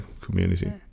community